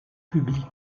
public